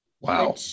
Wow